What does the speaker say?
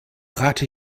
rate